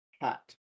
hat